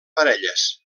parelles